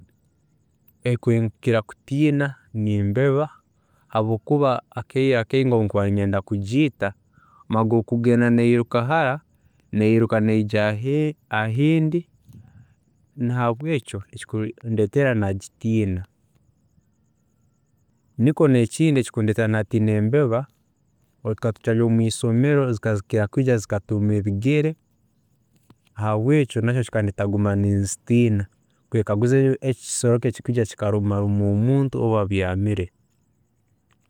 ﻿Eki nkukira kutiina nembeba habwokuba akaire akaingi obundikuba ninyenda kugiita mumwanya gwokugenda neyiruka hara, neyiiruka neija ahundi, nahabwekyo nikyo kikundeetera nagitiina nikwo nekindi ekikundeetera natiina embeba obutukaba turi mwisomero, zikaba zikira kwiija zikaturuma ebigere nahabwekyo nakyo kikandetera kuguma ninzitiina, ninyekaguza eki kisolo ki ekikwiija kikaruma omuntu abyaamire